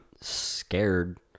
scared